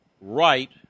right